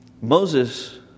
Moses